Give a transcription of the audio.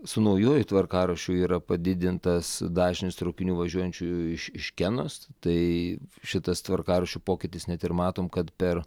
su naujuoju tvarkaraščiu yra padidintas dažnis traukinių važiuojančių iš iškenos tai šitas tvarkaraščių pokytis net ir matom kad per